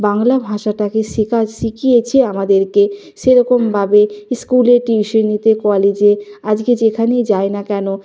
বাংলা ভাষাটাকে শেখা শিখিয়েছে আমাদেরকে সেরকমভাবে স্কুলে টিউশনেতে কলেজে আজকে যেখানেই যাই না কেন